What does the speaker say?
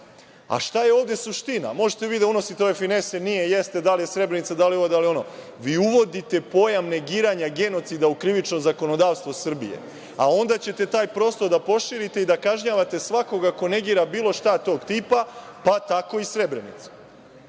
a šta je ovde suština, možete vi da unosite finese, nije, jeste, dal je Srebrenica, dal je ovo, dal je ono, vi uvodite pojam negiranja genocida u krivično zakonodavstvo Srbije, a onda ćete taj prostor da proširite i da kažnjavate svakoga ko negira bilo šta tog tipa, pa tako i Srebrenicu. Dakle,